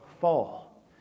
fall